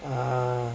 ah